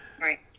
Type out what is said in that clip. Right